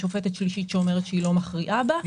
יש שופטת שלישית שאומרת שהיא לא מכריעה בה.